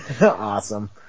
Awesome